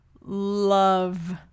love